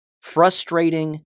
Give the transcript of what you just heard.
frustrating